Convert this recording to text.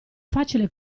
facile